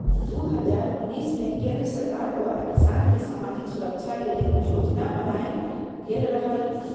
दू हज़ार उनइस में केंद्र सरकार द्वारा किसान के समाजिक सुरक्षा लेल जोजना बनाएल गेल रहई